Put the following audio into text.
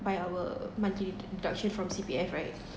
by our monthly deduction from C_P_F right